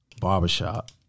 Barbershop